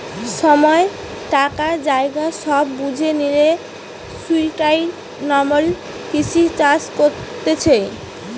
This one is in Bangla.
সময়, টাকা, জায়গা সব বুঝে লিয়ে সুস্টাইনাবল কৃষি চাষ করতিছে